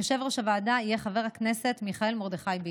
יושב-ראש הוועדה יהיה חבר הכנסת מיכאל מרדכי ביטון.